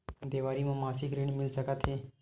देवारी म मासिक ऋण मिल सकत हे?